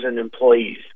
employees